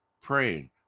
praying